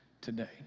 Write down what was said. today